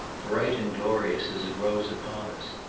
bright and glorious as it rose upon us.